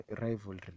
rivalry